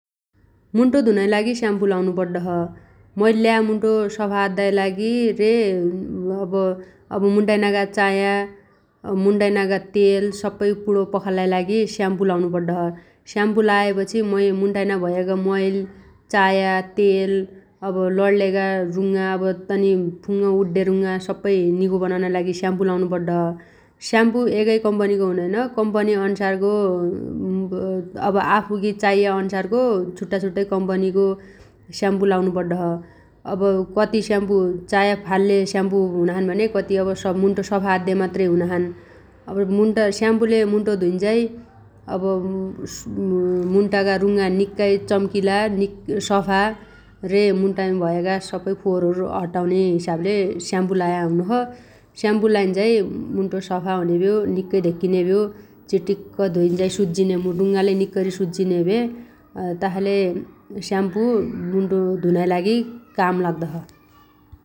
मुन्टो धुनाइ लागि स्याम्पु लाउनो पड्डो छ । मैल्ल्या मुन्टो सफा अद्दाइ लागि रे अब मुन्टाइनागा चाया मुन्टाइनागा तेल सप्पै पुणो पखाल्लाइ लागि स्याम्पु लाउनो पड्डोछ । स्याम्पु लाएपछी मय-मुन्टाइनागो मैल चाया तेल अब लण्लेगा रुङ्ङा तनी फुङ्ङ उड्डे रुंङा तनी सप्पै निगो बनाउनाइ लागि स्याम्पु लाउनो पड्डो छ । स्याम्पु एगै कम्पनीगो हुनैन । कम्पनी अन्सारगो अब आफुगी चाइया अन्सारगो छुट्टाछुट्टै कम्पनीगो स्याम्पु लाउनो पड्डोछ । अब कति स्याम्पु चाया फाल्ले स्याम्पु हुनाछन् भने कति स अब मुन्टो सफा अद्दे मात्र हुनाछन् । अब मुन्टा स्याम्पुले मुन्टो धुइन्झाइ अब मुन्टागा रुंङा निक्काइ चम्किला निक्का सफा रे मुन्टामी भयागा सप्पै फोहोरहरु हटाउन्या हिसाबले स्याम्पु लाया हुनोछ । स्याम्पु लाइन्झाइ मुन्टो सफा हुनेभ्यो निक्कै धेक्कीने भ्यो । चिटिक्क धुइन्झाइ सुज्जिने मु रुंङालै निक्कैरी सुज्जिने भ्या । तासाले स्याम्पु मुन्टो धुनाइ लागि काम लाग्दो छ ।